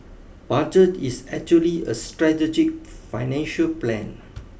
budget is actually a strategic financial plan